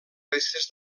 restes